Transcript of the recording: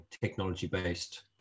technology-based